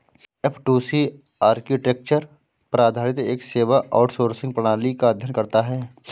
F two C architecture पर आधारित एक सेवा आउटसोर्सिंग प्रणाली का अध्ययन करता है